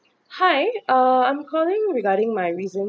hi uh I'm calling regarding my recent